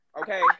Okay